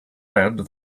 read